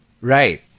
Right